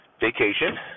vacation